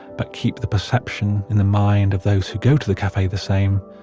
but keep the perception in the mind of those who go to the cafe the same.